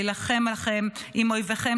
להילחם לכם עם אויביכם,